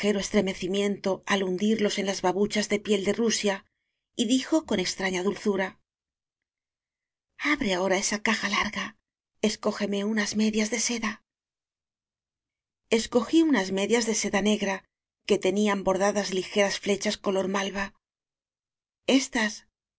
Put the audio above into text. estremecimiento al hundirlos en las babuchas de piel de rusia y dijo con extraña dulzura j abre ahora esa caja larga escógeme unas medias de seda escogí unas medias de seda negra que tenían bordadas ligeras flechas color mal estas